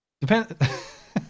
Depends